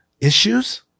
Issues